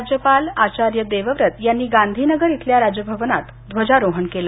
राज्यपाल आचार्य देवव्रत यांनी गांधीनगर इथल्या राजभवनात ध्वजारोहण केल